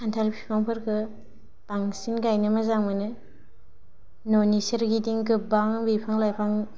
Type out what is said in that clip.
खान्थाल बिफांफोरखौ बांसिन गायनो मोजां मोनो न'नि सोरगिदिं गोबां बिफां लाइफां